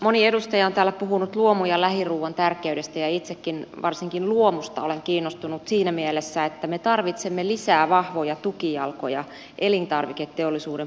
moni edustaja on täällä puhunut luomu ja lähiruuan tärkeydestä ja itsekin varsinkin luomusta olen kiinnostunut siinä mielessä että me tarvitsemme lisää vahvoja tukijalkoja elintarviketeollisuuden puolelle